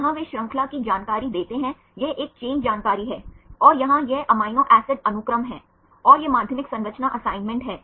इसलिए हमने अनुक्रमों के अतिरेक के बारे में चर्चा की और किसी भी डेटा सेट से अतिरेक को समाप्त करने के लिए कैसे अमीनो एसिड अनुक्रमों के उदाहरण के साथ अधिकार को समाप्त किया